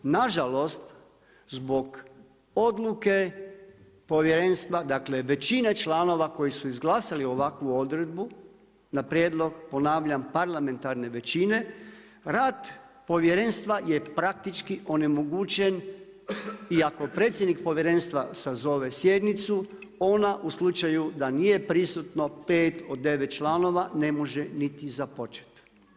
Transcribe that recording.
Nažalost zbog odluke povjerenstva, dakle većine članova koji su izglasali ovakvu odredbu na prijedlog ponavljam, parlamentarne većine, rad povjerenstva je praktički onemogućen i ako predsjednik povjerenstva sazove sjednicu, ona u slučaju da nije prisutno 5 od 9 članova, ne može niti započeti.